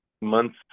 months